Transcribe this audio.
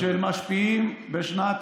אין כוונה לפתוח מחזור של "משפיעים" בשנת